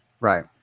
Right